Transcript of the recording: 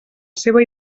seva